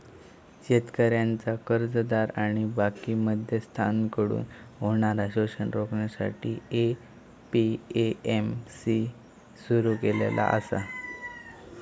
शेतकऱ्यांचा कर्जदार आणि बाकी मध्यस्थांकडसून होणारा शोषण रोखण्यासाठी ए.पी.एम.सी सुरू केलेला आसा